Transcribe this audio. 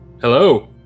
Hello